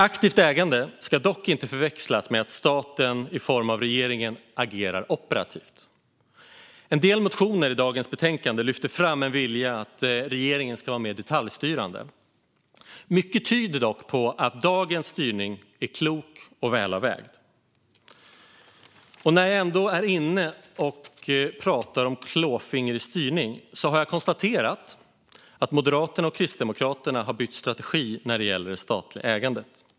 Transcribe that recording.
Aktivt ägande ska dock inte förväxlas med att staten i form av regeringen agerar operativt. I en del motioner i detta betänkande lyfts det fram en vilja att regeringen ska vara mer detaljstyrande. Mycket tyder dock på att dagens styrning är klok och välavvägd. När jag ändå är inne på klåfingrig styrning har jag konstaterat att Moderaterna och Kristdemokraterna har bytt strategi när det gäller det statliga ägandet.